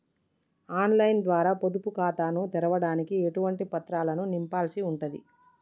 On line ద్వారా పొదుపు ఖాతాను తెరవడానికి ఎటువంటి పత్రాలను నింపాల్సి ఉంటది?